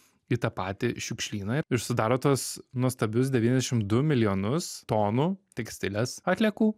į tą patį šiukšlyną ir sudaro tuos nuostabius devyniasdešim du milijonus tonų tekstilės atliekų